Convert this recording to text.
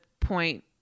point